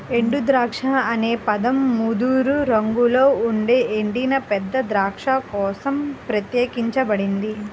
ఎండుద్రాక్ష అనే పదం ముదురు రంగులో ఉండే ఎండిన పెద్ద ద్రాక్ష కోసం ప్రత్యేకించబడింది